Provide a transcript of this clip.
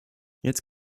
jetzt